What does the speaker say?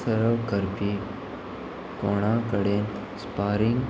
सरव करपी कोणा कडेन स्पारींग